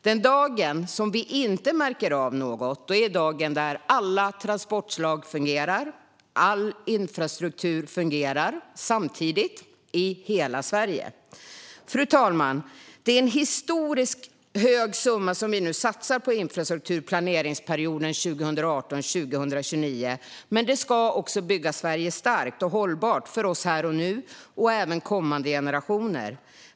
Den dag som vi inte märker av något är den dag då alla transportslag och all infrastruktur fungerar samtidigt i hela Sverige. Fru talman! Det är en historiskt stor summa som vi nu satsar på infrastruktur planeringsperioden 2018-2029, men det ska också bygga Sverige starkt och hållbart för oss här och nu och även för kommande generationer.